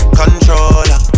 controller